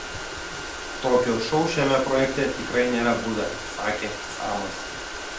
tokio šou šiame projekte tikrai nėra buvę sakė samas